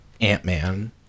Ant-Man